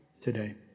today